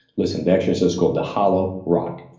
listen, the exercise is called the hollow rock.